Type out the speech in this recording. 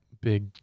big